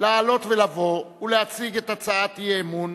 לעלות ולבוא ולהציג את הצעת האי-אמון,